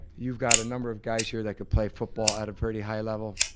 you've got a number of guys here that could play football at a pretty high level,